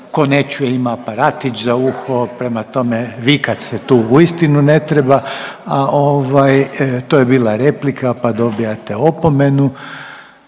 ne čuje, ima aparatić za uho, prema tome, vikat se tu uistinu ne treba, a ovaj, to je bila replika pa dobivate opomenu.